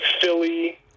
Philly